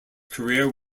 career